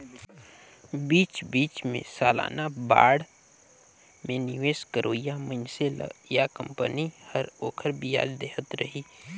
बीच बीच मे सलाना बांड मे निवेस करोइया मइनसे ल या कंपनी हर ओखर बियाज देहत रही